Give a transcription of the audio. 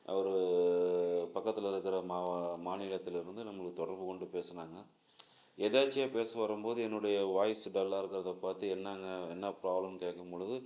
அவர் பக்கத்தில் இருக்கிற மாவை மாநிலத்தில் இருந்து நம்மளுக்கு தொடர்புக்கொண்டு பேசுனாங்கள் எதேர்ச்சையா பேச வரும்போது என்னுடைய வாய்ஸ் டல்லா இருக்கிறத பார்த்து என்னாங்கள் என்ன ப்ராப்ளம்னு கேட்கும்பொழுது